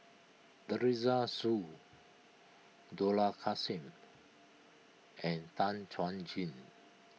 Teresa Hsu Dollah Kassim and Tan Chuan Jin